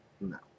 No